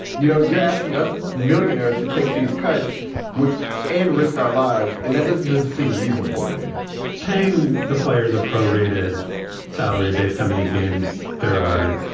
you know, you're asking us millionaires to take these cuts with and risk our lives. and that doesn't just seem reasonable to me paying the players a pro-rated salary based how many games there are.